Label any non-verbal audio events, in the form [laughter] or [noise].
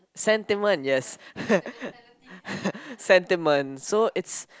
sentiment yes [laughs] sentiment so it's